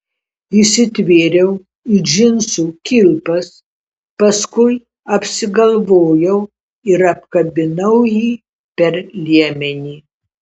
įsitvėriau į džinsų kilpas paskui apsigalvojau ir apkabinau jį per liemenį